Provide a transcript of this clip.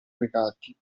legati